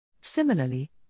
Similarly